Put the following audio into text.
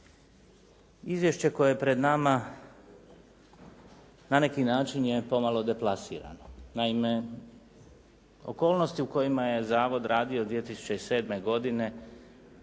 Izvješće koje je pred nama na neki način je pomalo deklasirano. Naime, okolnosti u kojima je zavod radio 2007. godine,